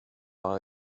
par